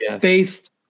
based